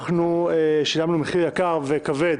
אנחנו שילמנו מחיר יקר וכבד